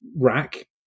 rack